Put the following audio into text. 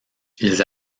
ils